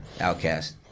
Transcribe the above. outcast